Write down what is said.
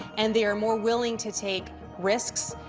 and they are more willing to take risks.